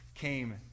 came